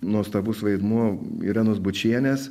nuostabus vaidmuo irenos bučienės